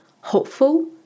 hopeful